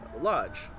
lodge